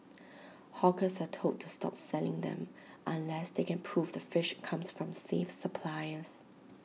hawkers are told to stop selling them unless they can prove the fish comes from safe suppliers